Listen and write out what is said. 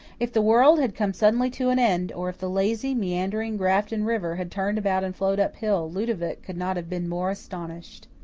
if the world had come suddenly to an end or if the lazy, meandering grafton river had turned about and flowed up hill, ludovic could not have been more astonished.